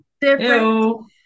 different